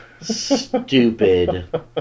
stupid